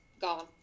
gone